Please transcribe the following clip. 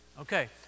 Okay